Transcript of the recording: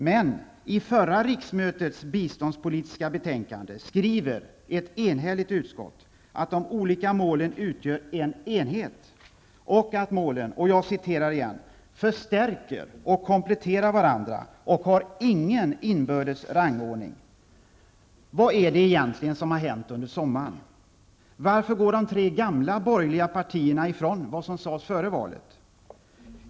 Men i förra riksmötets biståndspolitiska betänkande skriver ett enhälligt utskott att de olika målen utgör ''en enhet'' och att målen ''förstärker och kompletterar varandra och har ingen inbördes rangordning''. Vad är det egentligen som har hänt under sommaren? Varför går de tre gamla borgerliga partierna ifrån vad som sagts före valet?